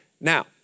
Now